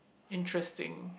interesting